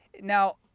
Now